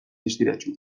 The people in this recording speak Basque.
distiratsu